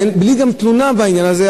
גם בלי תלונה בעניין הזה,